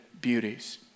beauties